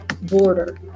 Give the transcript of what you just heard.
border